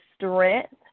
strength